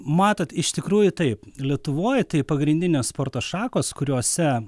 matot iš tikrųjų taip lietuvoje tai pagrindinės sporto šakos kuriose